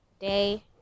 day